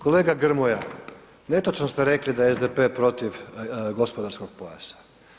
Kolega Grmoja, netočno ste rekli da je SDP protiv gospodarskog pojasa.